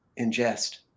ingest